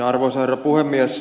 arvoisa herra puhemies